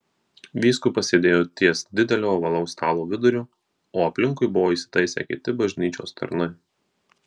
vyskupas sėdėjo ties didelio ovalaus stalo viduriu o aplinkui buvo įsitaisę kiti bažnyčios tarnai